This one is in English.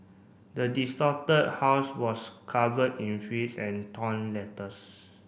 the distorted house was covered in filth and torn letters